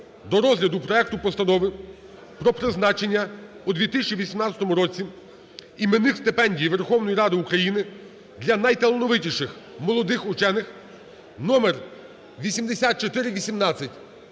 до розгляду проекту Постанови про призначення у 2018 році іменних стипендій Верховної Ради України для найталановитіших молодих учених (№ 8418).